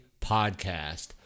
podcast